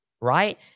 right